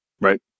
Right